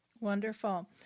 Wonderful